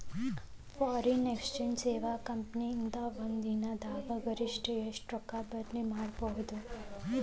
Foreign exchange ಸೇವಾ company ಇಂದಾ ಒಂದ್ ದಿನ್ ದಾಗ್ ಗರಿಷ್ಠ ಎಷ್ಟ್ ರೊಕ್ಕಾ ಬದ್ಲಿ ಮಾಡಿಕೊಡ್ತಾರ್?